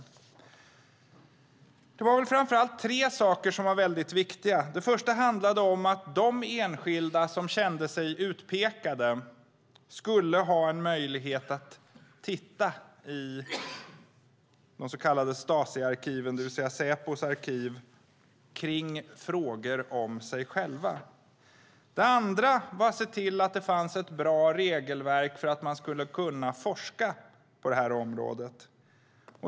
Det var väl framför allt tre saker som var väldigt viktiga. Det första handlade om att de enskilda som kände sig utpekade skulle ha en möjlighet att titta i de så kallade Stasiarkiven, det vill säga Säpos arkiv, på frågor om sig själva. Det andra var att se till att det fanns ett bra regelverk för att man skulle kunna forska på området.